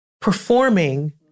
performing